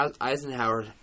Eisenhower